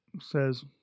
says